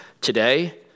Today